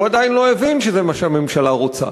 עדיין לא הבין שזה מה שהממשלה רוצה.